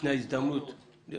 ניתנה הזדמנות --- ממש לא.